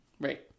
Right